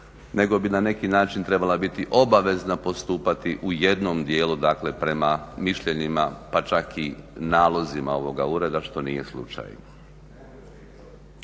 nego bi na neki način trebala biti obavezna postupati u jednom dijelu prema mišljenjima pa čak i nalozima ovoga ureda što nije slučaj.